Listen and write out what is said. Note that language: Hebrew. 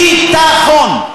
אין ביטחון.